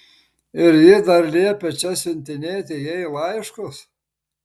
ir ji dar liepia čia siuntinėti jai laiškus